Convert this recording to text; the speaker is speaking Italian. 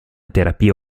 terapia